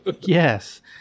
Yes